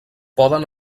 poden